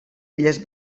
illes